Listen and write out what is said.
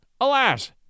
Alas